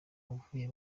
avuye